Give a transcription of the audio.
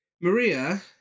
Maria